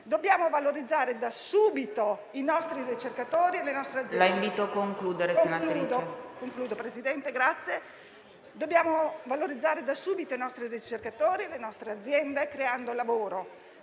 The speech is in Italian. Dobbiamo valorizzare da subito i nostri ricercatori e le nostre aziende, creando lavoro.